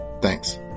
Thanks